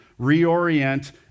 reorient